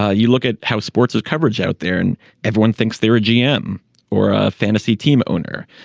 ah you look at how sports have coverage out there and everyone thinks they're a gm or a fantasy team owner.